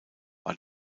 war